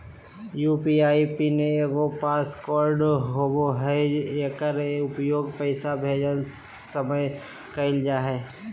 UPI PIN एगो pass code होबो हइ एकर उपयोग पैसा भेजय समय कइल जा हइ